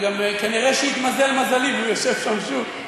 וכנראה התמזל מזלי והוא יושב כאן שוב.